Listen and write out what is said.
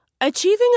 Achieving